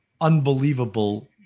unbelievable